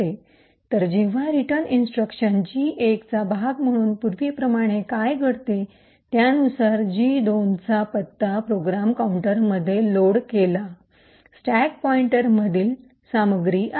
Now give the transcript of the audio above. तर जेव्हा return instruction G 1 चा भाग म्हणून पूर्वीप्रमाणे काय घडते त्यानुसार जी 2 चा पत्ता प्रोग्राम काऊंटरमध्ये लोड केलेला स्टॅक पॉईंटरमधील सामग्री आहे